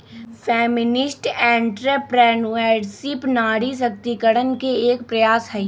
feminist entrepreneurship नारी सशक्तिकरण के एक प्रयास हई